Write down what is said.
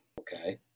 Okay